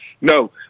No